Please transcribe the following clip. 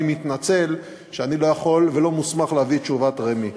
אני מתנצל שאני לא יכול ולא מוסמך להביא את תשובת רמ"י.